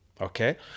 okay